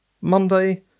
Monday